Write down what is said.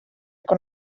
con